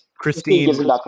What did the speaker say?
Christine